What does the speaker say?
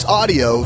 audio